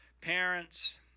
parents